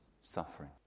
suffering